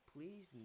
Please